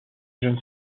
jeune